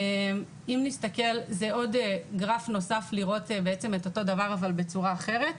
זה גרף נוסף לראות את אותו דבר, אבל בצורה אחרת.